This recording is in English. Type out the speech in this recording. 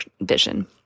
vision